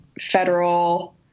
federal